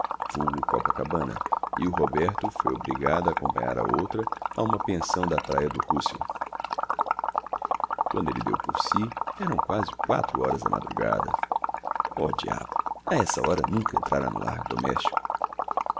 vulgo copacabana e o roberto foi obrigado a acompanhar a outra a uma pensão da praia do russel quando ele deu por si eram quase quatro horas da madrugada oh diabo a essa hora nunca entrara no lar doméstico